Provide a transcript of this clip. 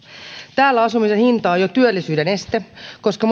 täällä asumisen hinta on jo työllisyyden este koska